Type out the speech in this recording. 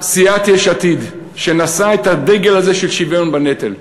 סיעת יש עתיד, שנשאה את הדגל הזה של שוויון בנטל,